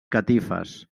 catifes